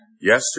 yesterday